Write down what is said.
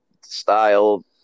style –